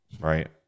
Right